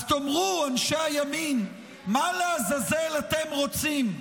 אז תאמרו, אנשי הימין: מה לעזאזל אתם רוצים?